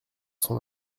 son